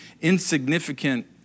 insignificant